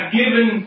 given